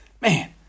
man